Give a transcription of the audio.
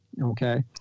okay